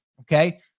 Okay